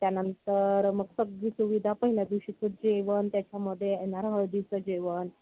त्यानंतर मग सगळी सुविधा पहिल्या दिवशीचं जेवण त्याच्यामध्ये येणार हळदीचं जेवण